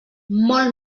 molt